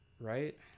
right